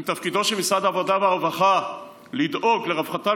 אם תפקידו של משרד העבודה והרווחה לדאוג לרווחתם